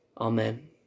Amen